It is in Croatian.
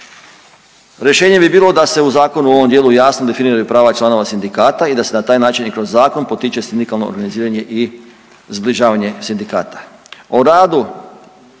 Rješenje bi bilo da se u zakonu u ovom dijelu jasno definiraju prava članova sindikata i da se na taj način i kroz zakon potiče sindikalno organiziranje i zbližavanje sindikata.